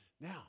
Now